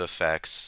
effects